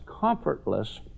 comfortless